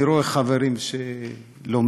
אני רואה חברים שלומדים,